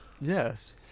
Yes